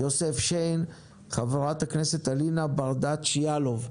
יוסף שיין ואלינה ברדץ' יאלוב.